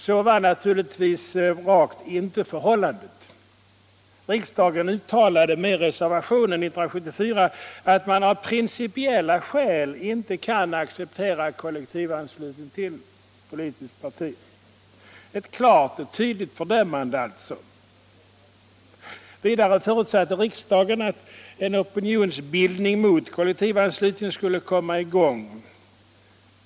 Så var naturligtvis rakt inte förhållandet. Riksdagen uttalade med reservationen 1974 att man av principiella skäl inte kunde acceptera kollektivanslutning till politiskt parti. Ett klart och tydligt fördömande, alltså. Vidare förutsatte riksdagen att en opinionsbildning mot kollektivanslutningen skulle komma i gång.